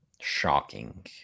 shocking